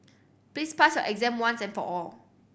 please pass your exam once and for all